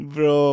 Bro